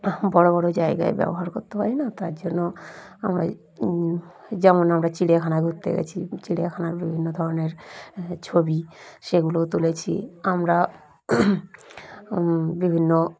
বড়ো বড়ো জায়গায় ব্যবহার করতে পারি না তার জন্য আমরা যেমন আমরা চিড়িয়াখানায় ঘুরতে গেছি চিড়িয়াখানার বিভিন্ন ধরনের ছবি সেগুলোও তুলেছি আমরা বিভিন্ন